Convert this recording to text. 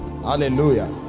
hallelujah